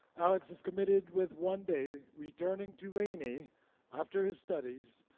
alex is committed with one day returning to laney after his studies